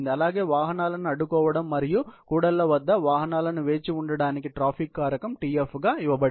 అలాగే వాహనాలను అడ్డుకోవడం మరియు కూడళ్ల వద్ద వాహనాలను వేచి ఉండటానికి ట్రాఫిక్ కారకం Tf గా ఇవ్వబడింది